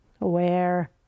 Aware